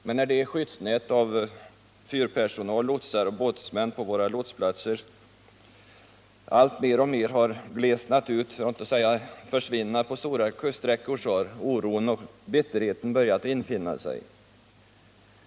Men när det skyddsnät som fyrpersonal, lotsar och båtmän på våra lotsplatser utgjort, alltmer har glesnat för att inte säga försvunnit på stora kuststräckor, har oron och bitterheten börjat infinna sig.